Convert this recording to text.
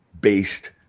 based